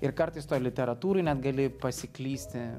ir kartais toj literatūroj net gali pasiklysti